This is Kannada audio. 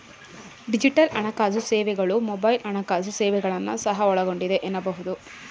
ಡಿಜಿಟಲ್ ಹಣಕಾಸು ಸೇವೆಗಳು ಮೊಬೈಲ್ ಹಣಕಾಸು ಸೇವೆಗಳನ್ನ ಸಹ ಒಳಗೊಂಡಿದೆ ಎನ್ನಬಹುದು